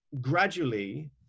gradually